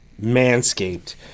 Manscaped